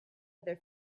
other